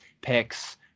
picks